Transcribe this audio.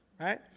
right